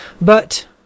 But—